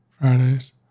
Friday's